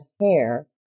hair